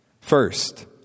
First